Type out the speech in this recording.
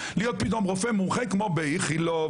להיות פתאום רופא מומחה כמו באיכילוב,